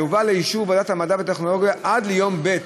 יובא לאישור ועדת המדע והטכנולוגיה עד ליום ב'